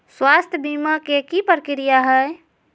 स्वास्थ बीमा के की प्रक्रिया है?